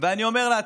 ואני אומר לעצמי,